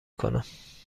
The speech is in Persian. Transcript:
کنم